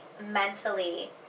mentally